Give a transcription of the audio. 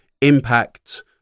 impact